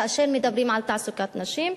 כאשר מדברים על תעסוקת נשים,